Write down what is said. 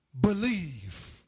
believe